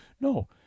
no